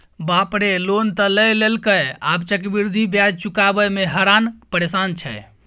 बाप रे लोन त लए लेलकै आब चक्रवृद्धि ब्याज चुकाबय मे हरान परेशान छै